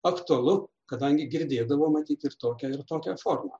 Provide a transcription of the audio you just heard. aktualu kadangi girdėdavo matyt ir tokią ir tokią formą